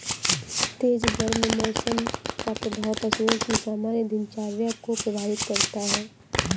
तेज गर्म मौसम का प्रभाव पशुओं की सामान्य दिनचर्या को प्रभावित करता है